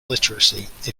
literacy